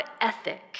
ethic